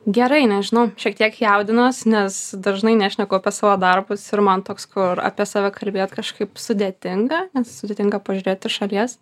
gerai nežinau šiek tiek jaudinuos nes dažnai nešneku apie savo darbus ir man toks kur apie save kalbėt kažkaip sudėtinga nes sudėtinga pažiūrėt iš šalies